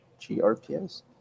GRPS